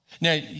Now